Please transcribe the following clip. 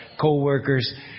co-workers